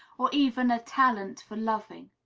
or even a talent for loving.